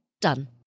Done